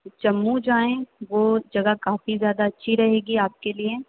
جمّوں جائیں وہ جگہ کافی زیادہ اچھی رہے گی آپ کے لیے